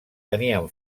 tenien